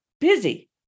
busy